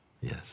Yes